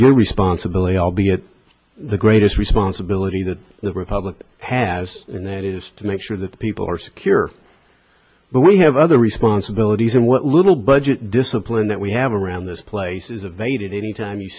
your responsibility albeit the greatest responsibility that the republican has in that is to make sure that the people are secure but we have other responsibilities and what little budget discipline that we have around this place is of aid and any time you